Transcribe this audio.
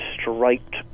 striped